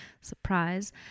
surprise